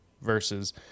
versus